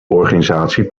organisatie